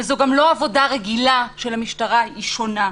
וזאת גם לא עבודה רגילה של המשטרה, היא שונה.